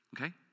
okay